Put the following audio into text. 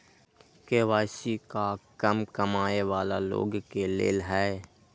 KYC का कम कमाये वाला लोग के लेल है?